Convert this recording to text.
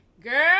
Girl